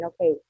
okay